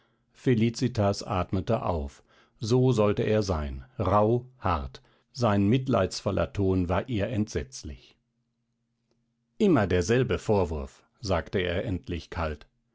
felicitas atmete auf so sollte er sein rauh hart sein mitleidsvoller ton war ihr entsetzlich immer derselbe vorwurf sagte er endlich kalt